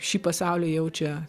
šį pasaulį jaučia